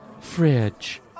fridge